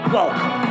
Welcome